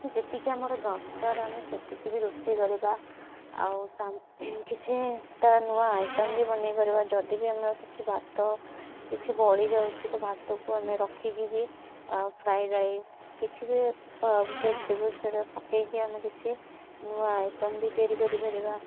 ଯେତିକି ଆମର ଦରକାର ଆମେ ସେତିକି ବି ରୋଷେଇ କରିବା ଆଉ ସାମ କିଛି ତା ନୂଆ ଆଇଟମ ବି ବନାଇପାରିବା ଯଦିବି ଆମର କିଛି ଭାତ କିଛି ବଳି ଯାଉଛି ତ ଭାତକୁ ଆମେ ରଖିକି ବି ଫ୍ରାଇ ରାଇସ କିଛି ବି ଭେଜିଟେବଲ ସେଇଟା ପକାଇକି ଆମେ କିଛି ନୂଆ ଆଇଟମ ବି ତିଆରି କରିପାରିବା